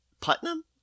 Putnam